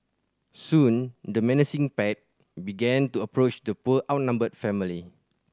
soon the menacing pack began to approach the poor outnumbered family